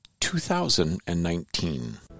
2019